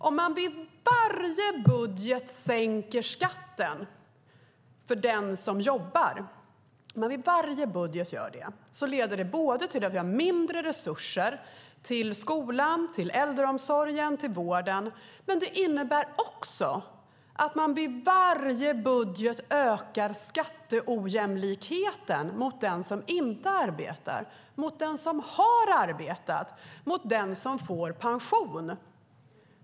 Om man vid varje budget sänker skatten för den som jobbar leder det till att vi har mindre resurser till skolan, äldreomsorgen och vården. Men det innebär också att man vid varje budget ökar skatteojämlikheten i förhållande till den som inte arbetar, den som har arbetat och den som får pension.